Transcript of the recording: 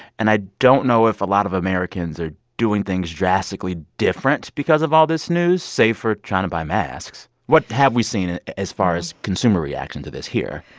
and i don't know if a lot of americans are doing things drastically different because of all this news, say, for trying to buy masks. what have we seen as far as consumer reaction to this here?